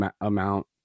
amount